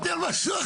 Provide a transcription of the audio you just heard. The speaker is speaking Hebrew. דיברתי על משהו אחר.